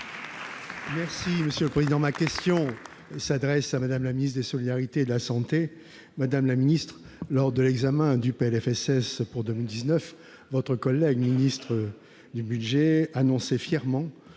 Les Républicains. Ma question s'adresse à Mme la ministre des solidarités et de la santé. Madame la ministre, lors de l'examen du PLFSS pour 2019, votre collègue chargé du budget annonçait fièrement